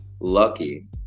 lucky